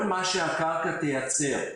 כל מה שהקרקע תייצר,